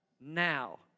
now